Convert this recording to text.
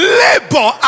labor